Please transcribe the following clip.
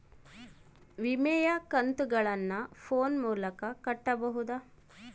ವಿಮೆಯ ಕಂತುಗಳನ್ನ ಫೋನ್ ಮೂಲಕ ಕಟ್ಟಬಹುದಾ?